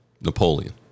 Napoleon